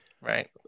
Right